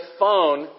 phone